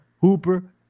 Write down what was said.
Hooper